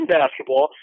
basketball